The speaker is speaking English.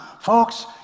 Folks